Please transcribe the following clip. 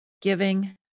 giving